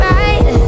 right